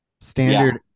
Standard